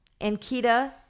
Ankita